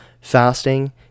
Fasting